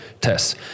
tests